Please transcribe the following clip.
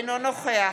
אינו נוכח